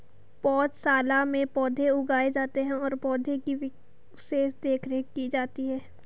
पौधशाला में पौधे उगाए जाते हैं और पौधे की विशेष देखरेख की जाती है